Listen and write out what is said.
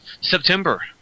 September